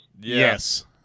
Yes